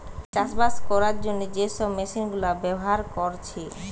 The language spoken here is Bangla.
চাষবাস কোরার জন্যে যে সব মেশিন গুলা ব্যাভার কোরছে